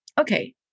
okay